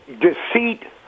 deceit